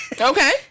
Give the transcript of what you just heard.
Okay